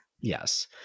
Yes